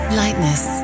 lightness